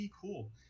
cool